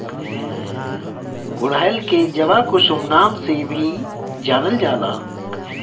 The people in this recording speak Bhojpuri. गुड़हल के जवाकुसुम नाम से भी जानल जाला